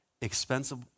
expensive